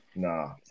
Nah